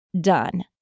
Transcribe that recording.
done